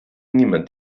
niemand